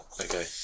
Okay